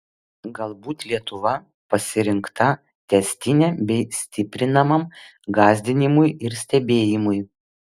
galbūt lietuva pasirinkta tęstiniam bei stiprinamam gąsdinimui ir stebėjimui